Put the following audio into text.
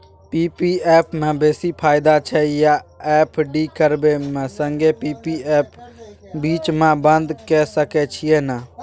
P P F म बेसी फायदा छै या एफ.डी करबै म संगे पी.पी एफ बीच म बन्द के सके छियै न?